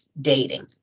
dating